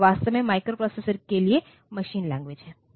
तो वे वास्तव में माइक्रोप्रोसेसर के लिए मशीन लैंग्वेज हैं